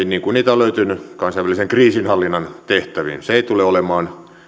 niin kuin niitä on löytynyt kansainvälisen kriisinhallinnan tehtäviin se ei tule olemaan